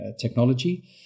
technology